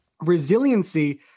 Resiliency